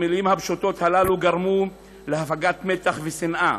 המילים הפשוטות הללו גרמו להפגת מתח ושנאה,